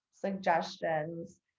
suggestions